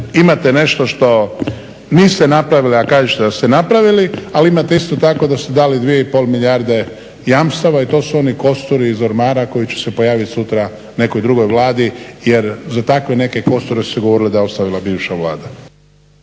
imate nešto što niste napravili a kažete da ste napravili ali imate isto tako da ste dali 2,5 milijarde jamstava i to su oni kosturi iz ormara koji će se pojaviti sutra nekoj drugoj Vladi jer za takve neke kosture ste govorili da je ostavila bivša Vlada.